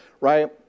right